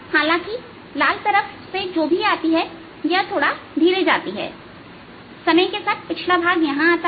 हालांकि लाल तरफ जो भी आती हैयह थोड़ा धीरे जाती है तो समय के साथ पिछला भाग यहां आता है